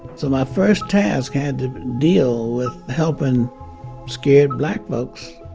so my first task had deal with helping scared black folks,